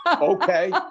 Okay